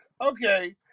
Okay